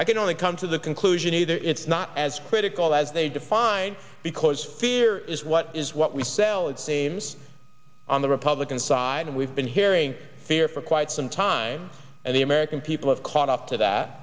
i can only come to the conclusion either it's not as critical as they define because fear is what is what we sell it seems on the republican side and we've been hearing here for quite some time and the american people have caught up to that